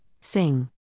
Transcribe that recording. sing